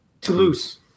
Toulouse